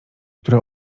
które